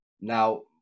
Now